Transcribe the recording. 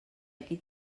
aquí